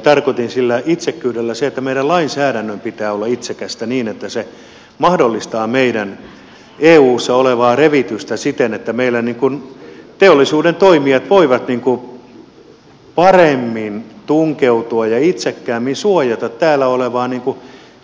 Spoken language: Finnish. tarkoitin sillä itsekkyydellä sitä että meidän lainsäädännön pitää olla itsekästä niin että se mahdollistaa meidän eussa olevaa revitystä siten että meillä teollisuuden toimijat voivat paremmin tunkeutua ja itsekkäämmin suojata täällä olevaa